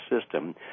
System